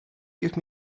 give